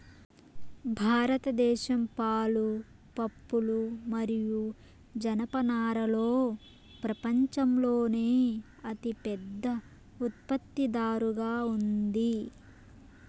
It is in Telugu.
భారతదేశం పాలు, పప్పులు మరియు జనపనారలో ప్రపంచంలోనే అతిపెద్ద ఉత్పత్తిదారుగా ఉంది